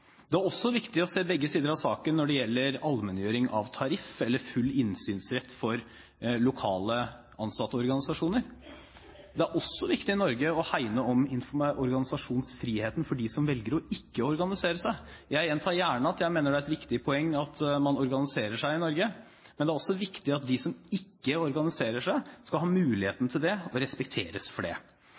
Det er også viktig å se begge sider av saken når det gjelder allmenngjøring av tariff eller full innsynsrett for lokale ansatteorganisasjoner. Det er også viktig i Norge å hegne om organisasjonsfriheten for dem som velger ikke å organisere seg. Jeg gjentar gjerne at jeg mener det er et viktig poeng at man organiserer seg i Norge, men det er også viktig at de som ikke organiserer seg, skal ha mulighet til det og respekteres for det.